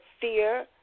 fear